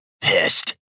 pissed